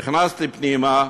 נכנסתי פנימה,